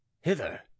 Hither